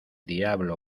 diablo